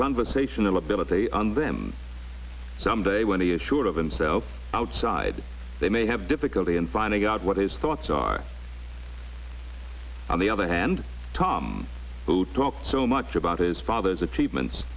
conversational ability on them some day when he is sure of himself outside they may have difficulty in finding out what his thoughts are on the other hand tom who talk so much about his father's achievements